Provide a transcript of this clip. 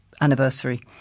anniversary